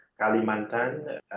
Kalimantan